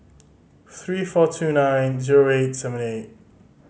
three four two nine zero eight seven eight